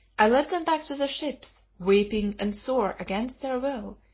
i led them back to the ships, weeping and sore against their will,